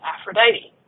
Aphrodite